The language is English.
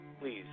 please